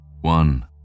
one